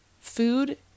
Food